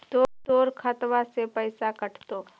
तोर खतबा से पैसा कटतो?